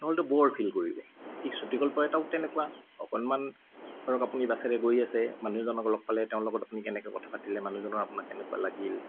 নহ'লেতো ব'ৰ ফিল কৰিব ঠিক চুটিগল্প এটাও তেনেকুৱা অকণমান ধৰক আপুনি বাছেৰে গৈ আছে মানুহ এজনক লগ পালে তেওঁৰ লগত আপুনি কেনেকে কথা পাতিলে মানুহজনৰ আপোনাক কেনেকুৱা লাগিল